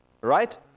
right